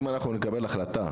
אם אנחנו נקבל החלטה